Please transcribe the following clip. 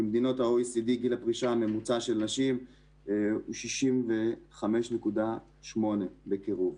במדינות ה-OECD גיל הפרישה הממוצע של נשים הוא 65.8 בקירוב.